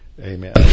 Amen